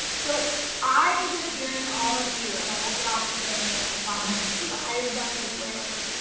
so i'm just daring all of you and i will get off of here in a minute i promise. i have gone like way over.